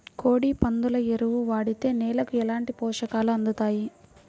కోడి, పందుల ఎరువు వాడితే నేలకు ఎలాంటి పోషకాలు అందుతాయి